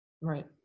Right